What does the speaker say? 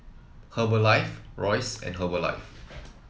Herbalife Royce and Herbalife